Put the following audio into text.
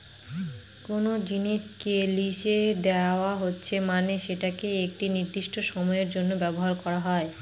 কোনো জিনিসকে লিসে দেওয়া হচ্ছে মানে সেটাকে একটি নির্দিষ্ট সময়ের জন্য ব্যবহার করা